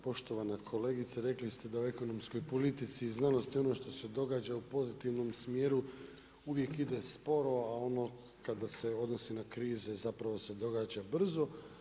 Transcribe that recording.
Poštovana kolegice, rekli ste da u ekonomskoj politici i znanosti ono što se događa u pozitivnom smjeru uvijek ide sporo, a ono kada se odnosi na krize, zapravo se događa brzo.